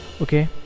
okay